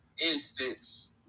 instance